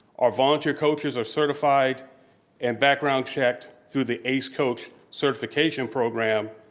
our volunteer coaches are certified and background checked through the ace coach certification program.